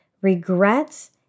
regrets